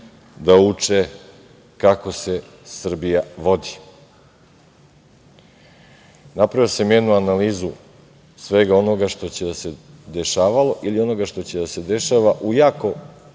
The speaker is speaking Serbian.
da uče kako se Srbija vodi. Napravio sam jednu analizu svega onoga što se dešavalo ili onoga što će da se dešava u jako